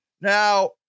Now